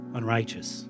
unrighteous